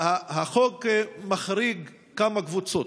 החוק מחריג כמה קבוצות.